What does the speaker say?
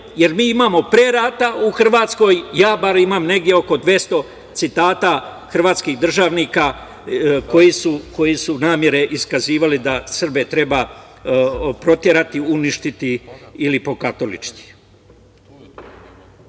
jer mi imamo pre rata u Hrvatskoj, ja bar imam negde oko 200 citata hrvatskih državnika, koji su namere iskazivali da Srbe treba proterati, uništiti ili pokatoličiti. Kako